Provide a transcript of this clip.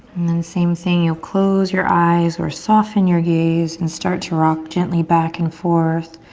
then same thing, you'll close your eyes or soften your gaze and start to rock gently back and forth